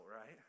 right